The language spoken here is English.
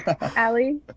Allie